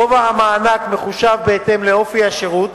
גובה המענק מחושב בהתאם לאופי השירות,